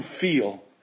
feel